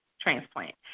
transplant